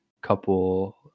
couple